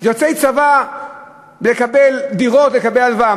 יוצאי צבא בלקבל דירות, לקבל הלוואה.